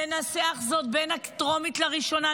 לנסח זאת בין הטרומית לראשונה,